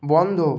বন্ধ